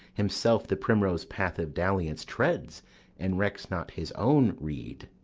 himself the primrose path of dalliance treads and recks not his own read.